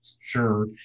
sure